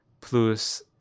plus